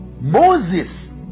Moses